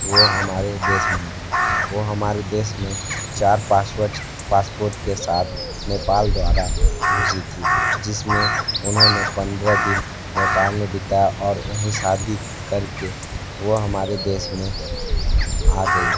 वो हमारे देश में आ गई वो हमारे देश में चार पासपोर्ट के साथ नेपाल द्वारा घुसी थीं जिसमें उन्होंने पंद्रह दिन नेपाल में बिताया और वहीं शादी करके वो हमारे देश में आ गई